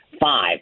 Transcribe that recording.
five